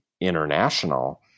international